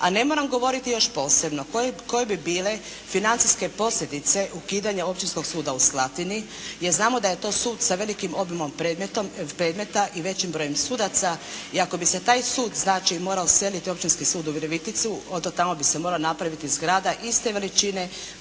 A ne moram govoriti još posebno koje bi bile financijske posljedice ukidanja Općinskog suda u Slatini jer znamo da je to Sud sa velikim obujmom predmeta i većim brojem sudaca. I ako bi se taj sud, znači morao seliti u Općinski sud u Viroviticu onda tamo bi se morala napraviti zgrada iste veličine